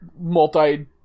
multi